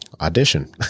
audition